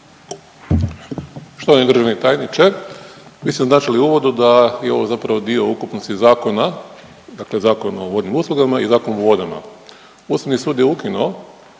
Štovani državni tajniče, vi ste označili u uvodu da je ovo zapravo dio ukupnosti zakona, dakle Zakon o vodnim uslugama i Zakon o vodama. Ustavni sud je ukinuo